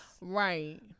Right